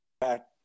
back